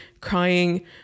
crying